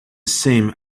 same